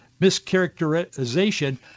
mischaracterization